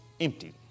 empty